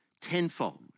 tenfold